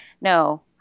No